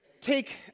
take